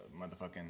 motherfucking